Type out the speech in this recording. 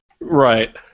Right